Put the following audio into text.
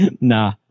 nah